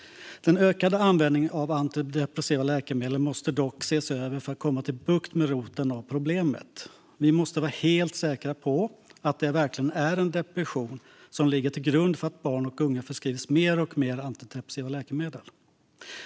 Den ökade användningen av antidepressiva läkemedel måste ses över för att komma till roten med problemet. Vi måste vara helt säkra på att det verkligen är depression som ligger till grund för att barn och unga förskrivs mer och mer antidepressiva läkemedel.